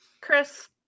Chris